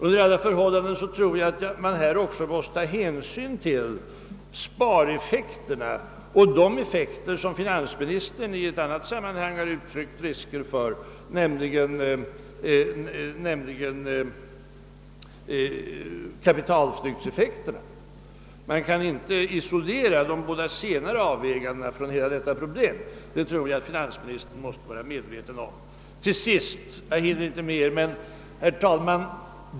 Under alla förhållanden tror jag att man härvidlag också måste ta hänsyn till spareffekterna och de effekter som finansministern i ett annat sammanhang har uttryckt farhågor för, nämligen kapitalflyktseffekterna. Man kan inte isolera de båda senare avvägandena från hela detta problem; det måste finansministern vara medveten om. Herr talman!